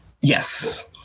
Yes